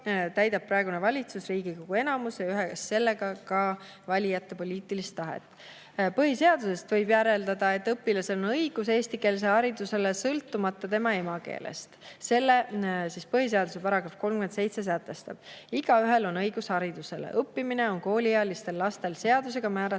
täidab praegune valitsus Riigikogu enamuse ja ühes sellega ka valijate poliitilist tahet. Põhiseadusest võib järeldada, et õpilasel on õigus eestikeelsele haridusele sõltumata tema emakeelest. Põhiseaduse § 37 sätestab. "Igaühel on õigus haridusele. Õppimine on kooliealistel lastel seadusega määratud